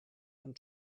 and